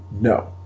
no